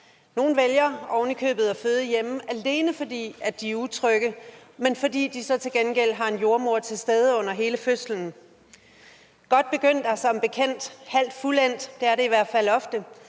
Nogle vælger ovenikøbet at føde hjemme, alene fordi de er utrygge, og fordi de så til gengæld har en jordemoder til stede under hele fødslen. Godt begyndt er som bekendt halvt fuldendt, det er det i hvert fald ofte,